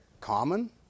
common